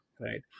Right